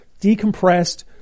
decompressed